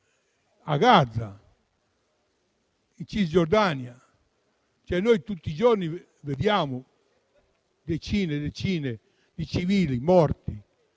a Gaza, in Cisgiordania. Tutti i giorni vediamo decine e decine di civili morti